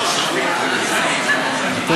איציק, 75 מיליון שקל נוספים.